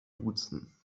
duzen